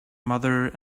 mother